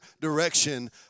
direction